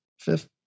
Fifth